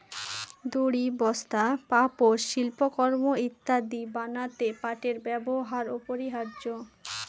দড়ি, বস্তা, পাপোষ, শিল্পকর্ম ইত্যাদি বানাতে পাটের ব্যবহার অপরিহার্য